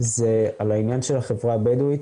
על העניין של החברה הבדואית,